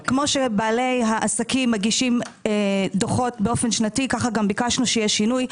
כמו שבעלי העסקים מגישים דוחות באופן שנתי כך גם ביקשנו שיהיה שינוי,